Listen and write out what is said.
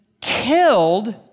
killed